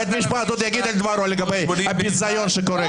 בית המשפט עוד יגיד את דברו לגבי הביזיון שקורה כאן.